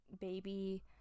baby